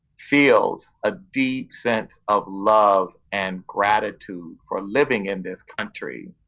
feels a deep sense of love and gratitude for living in this country.